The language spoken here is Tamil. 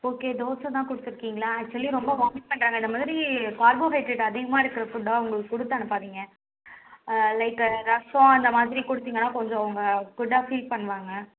ஓகே தோசை தான் கொடுத்துருக்கீங்ளா ஆக்ஷுவலி ரொம்ப வாமிட் பண்ணுறாங்க இந்த மாதிரி கார்போஹைட்ரேட் அதிகமாக இருக்கிற ஃபுட்டாக அவர்களுக்கு கொடுத்து அனுப்பாதீங்க லைக்கு ரசம் அந்த மாதிரி கொடுத்திங்கன்னா கொஞ்சம் அவங்க குட்டா ஃபீல் பண்ணுவாங்க